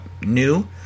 new